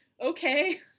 okay